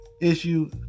issue